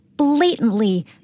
blatantly